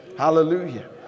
Hallelujah